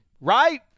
right